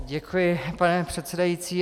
Děkuji, pane předsedající.